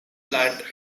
plant